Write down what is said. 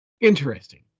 Interesting